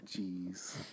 Jeez